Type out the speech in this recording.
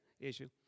issue